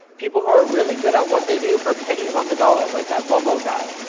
people who are really good at what they do, for pennies on the dollar, like that vovo guy,